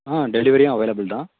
ஆ டெலிவரியும் அவைலபிள் தான்